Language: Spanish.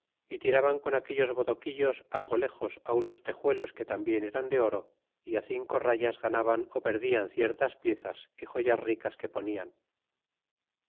y tiraban con aquellos bodoquillcs algo lejos unos tejuelos que tambien eran de oro e cinco rayas ganaban tí perdian ciertas piezas é joyas ricas que ponian